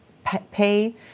pay